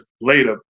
later